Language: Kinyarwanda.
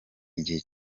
igihe